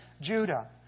Judah